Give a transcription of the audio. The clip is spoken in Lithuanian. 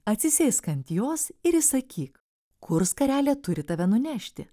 atsisėsk ant jos ir įsakyk kur skarelė turi tave nunešti